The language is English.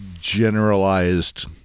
generalized